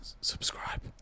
Subscribe